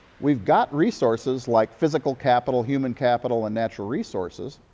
we've got resources like physical capital, human capital, and natural resources.